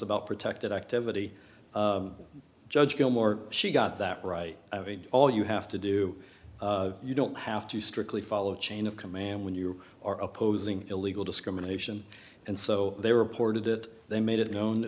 about protected activity judge gilmore she got that right all you have to do you don't have to strictly follow the chain of command when you are opposing illegal discrimination and so they reported it they made it known